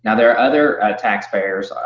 and other other taxpayers,